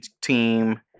team